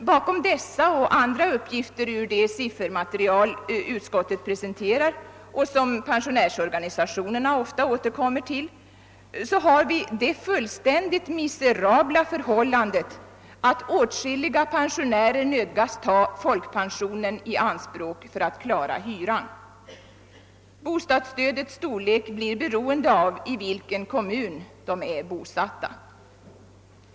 Bakom dessa och andra uppgifter ur det siffermaterial utskottet presenterar — och som pensionärsorganisationerna ofta återkommer till — har vi det fullständigt miserabla förhållandet, att åtskilliga pensionärer nödgas ta folkpen sionen i anspråk för att klara hyran. Bostadsstödets storlek blir beroende av i vilken kommun de är bosatta.